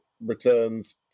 returns